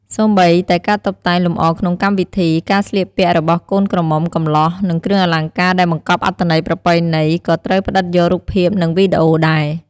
សូម្បីតែការតុបតែងលម្អក្នុងកម្មវិធី ការស្លៀកពាក់របស់កូនក្រមុំកំលោះ និងគ្រឿងអលង្ការដែលបង្កប់អត្ថន័យប្រពៃណី ក៏ត្រូវផ្តិតយករូបភាព និងវីដេអូដែរ។